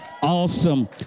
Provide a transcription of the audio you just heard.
Awesome